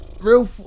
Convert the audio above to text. real